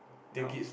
now